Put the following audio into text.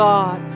God